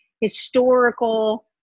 historical